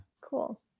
Cool